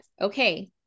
okay